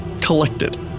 collected